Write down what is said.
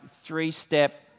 three-step